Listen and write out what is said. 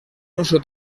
uso